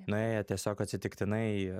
nuėję tiesiog atsitiktinai